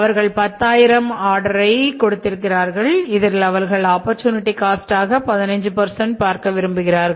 அவர்கள் 10000 ஆர்டரை 15 பார்க்க விரும்புகிறார்கள்